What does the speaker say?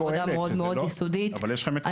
עבודה מאוד מאוד יסודית --- אבל יש לכם את קהלת,